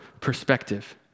perspective